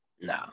No